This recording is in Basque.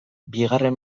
bigarren